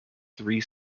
three